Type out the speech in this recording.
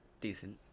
decent